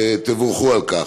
ותבורכו על כך.